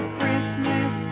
Christmas